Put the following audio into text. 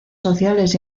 sociales